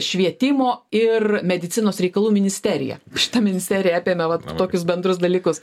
švietimo ir medicinos reikalų ministerija šita ministerija apėmė vat tokius bendrus dalykus